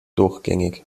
durchgängig